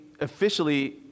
officially